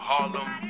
Harlem